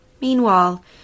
Meanwhile